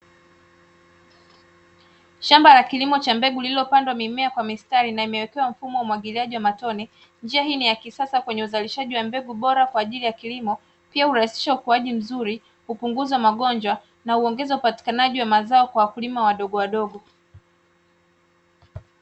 Shamba la kilimo cha mbegu lililopandwa mimea kwa mistari, na imewekewa mfumo wa umwagiliaji kwa matone. Njia hii ni ya kisasa kwenye uzalishaji wa mbegu bora kwa ajili ya kilimo. Pia, hurahisisha ukuaji mzuri, hupunguza magonjwa, na huongeza upatikanaji wa mazao kwa wakulima wadogowadogo.